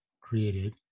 created